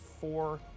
four